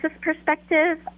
perspective